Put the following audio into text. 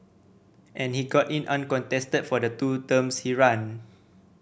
and he got in uncontested for the two terms he ran